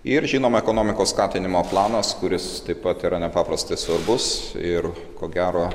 ir žinoma ekonomikos skatinimo planas kuris taip pat yra nepaprastai svarbus ir ko gero